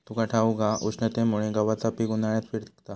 तुका ठाऊक हा, उष्णतेमुळे गव्हाचा पीक उन्हाळ्यात पिकता